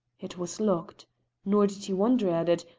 it was locked nor did he wonder at it,